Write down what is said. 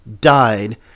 died